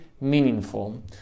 meaningful